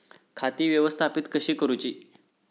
खाती व्यवस्थापित कशी करूची?